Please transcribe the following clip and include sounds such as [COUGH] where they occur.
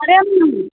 अरे [UNINTELLIGIBLE]